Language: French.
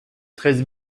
treize